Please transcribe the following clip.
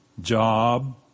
Job